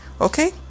okay